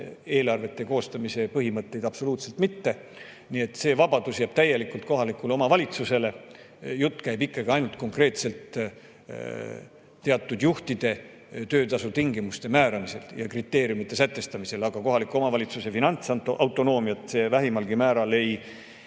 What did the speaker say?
eelarve koostamise põhimõtteid absoluutselt mitte. See vabadus jääb täielikult kohalikule omavalitsusele. Jutt käib konkreetselt teatud juhtide töötasu tingimuste määramisest ja kriteeriumide sätestamisest. Kohaliku omavalitsuse finantsautonoomiat see vähimalgi määral ei